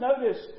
notice